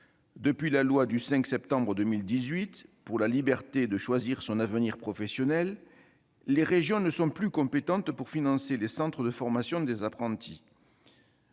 Depuis la loi du 5 septembre 2018 pour la liberté de choisir son avenir professionnel, les régions ne sont plus compétentes pour financer les centres de formation des apprentis.